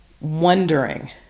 wondering